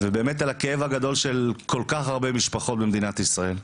ובאמת על הכאב הגדול של כל כך הרבה משפחות במדינת ישראל.